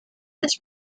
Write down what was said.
this